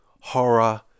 horror